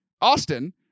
Austin